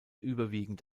überwiegend